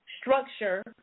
structure